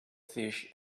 fish